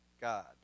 God